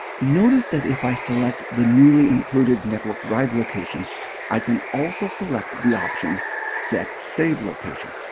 notice that if i select the newly included network drive location i can also select the option set save location.